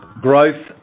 growth